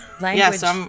Language